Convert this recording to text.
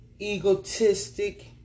egotistic